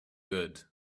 good